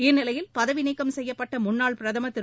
இந்நிலையில் பதவிநீக்கம் செய்யப்பட்ட முன்னாள் பிரதமர் திரு